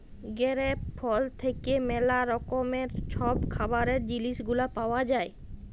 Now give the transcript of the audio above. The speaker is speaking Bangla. গেরেপ ফল থ্যাইকে ম্যালা রকমের ছব খাবারের জিলিস গুলা পাউয়া যায়